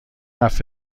حرف